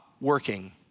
working